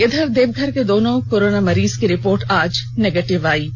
इधर देवघर के दोनों कोरोना मरीज की रिपोर्ट आज निगेटिव आई है